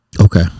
Okay